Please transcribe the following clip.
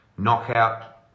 Knockout